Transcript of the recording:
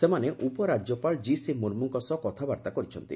ସେମାନେ ଉପରାଜ୍ୟପାଳ ଜିସି ମୁର୍ମୁଙ୍କ ସହ କଥାବାର୍ତ୍ତା କରିଛନ୍ତି